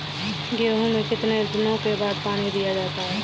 गेहूँ में कितने दिनों बाद पानी दिया जाता है?